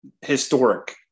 historic